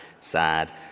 sad